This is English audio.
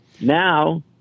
Now